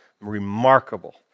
remarkable